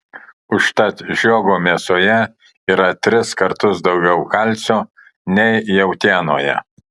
užtat žiogo mėsoje yra tris kartus daugiau kalcio nei jautienoje